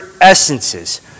essences